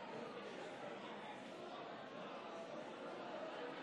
תוצאות הקריאה השלישית: בעד,